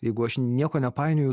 jeigu aš nieko nepainioju